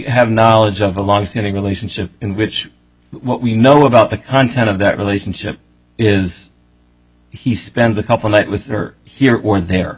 have knowledge of a longstanding relationship in which we know about the content of that relationship is he spends a couple night with her here or there